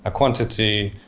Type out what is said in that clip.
ah quantity,